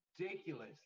ridiculous